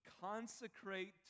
Consecrate